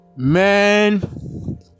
man